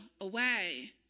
away